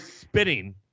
spitting